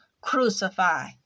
crucify